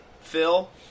Phil